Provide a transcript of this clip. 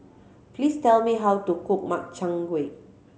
please tell me how to cook Makchang Gui